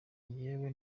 njyewe